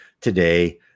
today